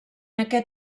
aquest